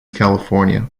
california